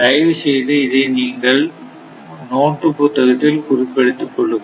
தயவு செய்து இதை உங்கள் நோட்டுப் புத்தகத்தில் குறிப்பெடுத்துக் கொள்ளுங்கள்